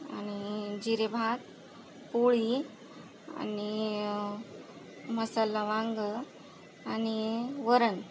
आणि जिरे भात पोळी आणि मसाला वांग आणि वरण